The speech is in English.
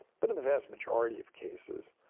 but in the vast majority of cases,